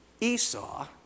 Esau